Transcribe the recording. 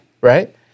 right